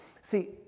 See